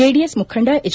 JDS ಮುಖಂಡ H